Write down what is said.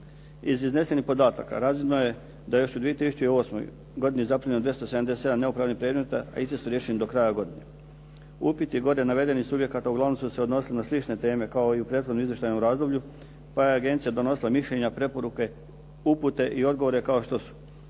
Iz iznesenih podataka razvidno je da u 2008. godini zaprimljeno 277 neopravdanih predmeta, a isti su riješeni do kraja godine. Upiti gore navedenih subjekata uglavnom su se odnosili na slične teme kao i u prethodno izvještajnom razdoblju pa je agencija donosila mišljenja, preporuke upute i odgovore kao što su.